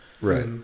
Right